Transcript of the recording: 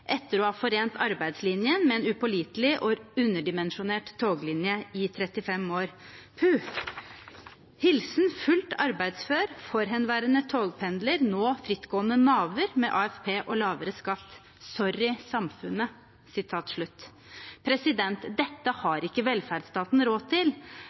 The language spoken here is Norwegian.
Etter å ha forent arbeidslinjen med en upålitelig og underdimensjonert toglinje i 35 år. Phu! Hilsen fullt arbeidsfør forhenværende togpendler, nå frittgående «naver» med afp og lavere skatt Sorry, samfunnet ...» Dette har ikke velferdsstaten råd til.